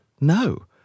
no